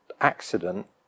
accident